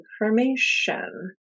information